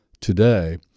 today